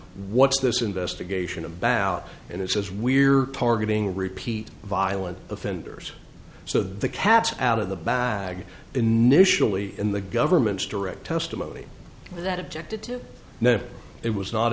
what's this investigation about and it says we're targeting repeat violent offenders so the cat's out of the bag initially in the government's direct testimony that objected to it was not